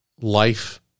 life